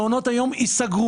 מעונות היום יסגרו.